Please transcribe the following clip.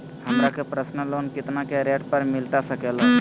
हमरा के personal loan कितना के रेट पर मिलता सके ला?